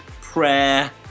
prayer